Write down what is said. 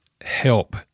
help